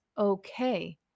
Okay